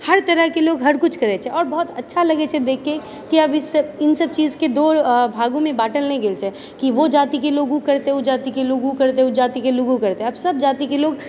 हरतरहकेँ लोग हरकुछ करैछे आओर बहुत अच्छा लगैछे देखिके कि अब इसब इनसब चीजके दो भागोंमे बाँटल नहि गेल छै कि वो जातिके लोग ओ करते वो जातिके लोग ओ करते वो जातिके लोग ओ करते आब सब जातिके लोग